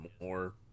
more